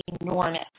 enormous